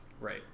Right